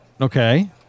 Okay